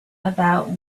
about